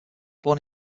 born